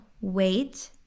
wait